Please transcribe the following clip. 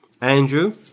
Andrew